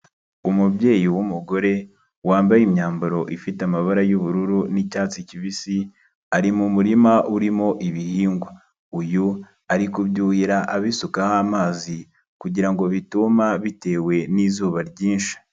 umubyeyi w'umugore wambaye imyambaro ifite amabara y'ubururu n'icyatsi kibisi ari mu murima urimo ibihingwa, uyu ari kubyuhirira abisukaho amazi kugira ngo bituma bitewe n'izuba ryinshi.